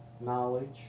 knowledge